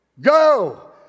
Go